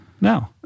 No